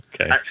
Okay